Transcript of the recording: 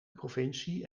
provincie